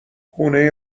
خونه